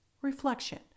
Reflection